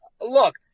look